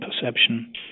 perception